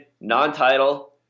non-title